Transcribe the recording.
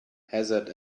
hazard